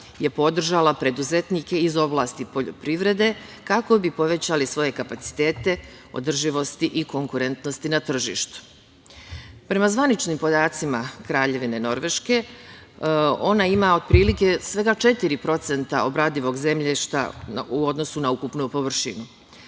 je podržala preduzetnike iz oblasti poljoprivrede, kako bi povećali svoje kapacitete održivosti i konkurentnosti na tržištu. Prema zvaničnim podacima Kraljevine Norveške, ona ima otprilike svega 4% obradivog zemljišta u odnosu na ukupnu površinu.